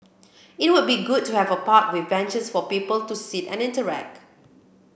it would be good to have a park with benches for people to sit and interact